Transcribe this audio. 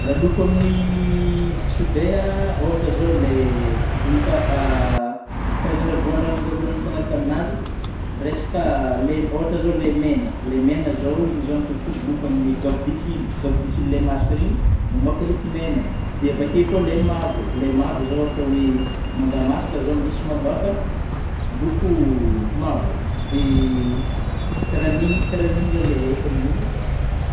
Raha lôko amin'ny sobea ôhatry zao lay voninka karazanga voan-draha raha manjary hoagnina mifanaraka amin'anjy, ohatra zao lay mena, lay mena zao, igny zao mitovitovy lôko, amin'ny goavidesily, goavidesily lay masaka regny mamoka loko mena, dia avy akeo kôa le mavo, le mavo zao ôhatry oe manga masaky zao misy mamôaka loko mavo de karaha igny zao le haiko amin'igny eh